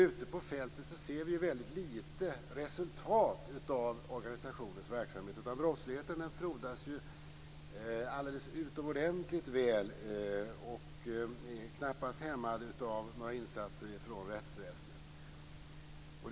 Ute på fältet ser vi väldigt lite resultat av organisationens verksamhet, och brottsligheten frodas alldeles utomordentligt väl och är knappast hämmad av några insatser från rättsväsendet.